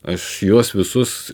aš juos visus